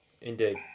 Indeed